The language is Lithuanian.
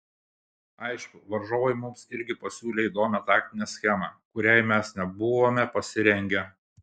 aišku varžovai mums irgi pasiūlė įdomią taktinę schemą kuriai mes nebuvome pasirengę